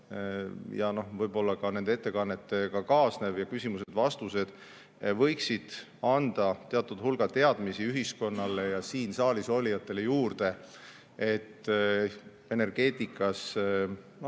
ja võib-olla ka nende ettekannetega kaasnevad küsimused-vastused võiksid anda teatud hulga teadmisi ühiskonnale ja siin saalis olijatele juurde, et lähenevatel